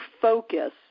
focus